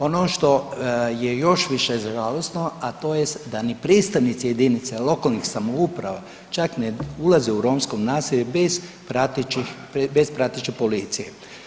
Ono što je još više žalosno a to je da ni predstavnici jedinica lokalnih samouprava čak ni ne ulaze u romsko naselje bez prateće policije.